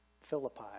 Philippi